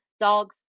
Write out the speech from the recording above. dogs